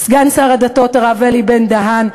סגן שר הדתות הרב אלי בן-דהן,